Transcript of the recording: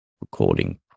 recording